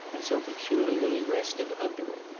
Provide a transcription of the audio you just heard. and so peculiarly restive under it.